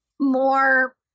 more